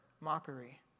mockery